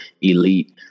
elite